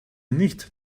nicht